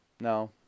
No